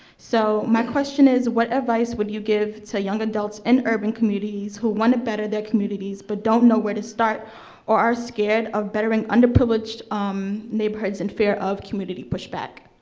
so my question is, what advice would you give to young adults in urban communities who want to better their communities, but don't know where to start or are scared of bettering underprivileged um neighborhoods in fear of community pushback?